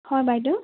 হয় বাইদেউ